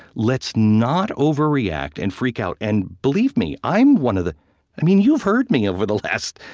let's not overreact and freak out. and believe me, i'm one of the i mean, you've heard me over the last,